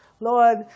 Lord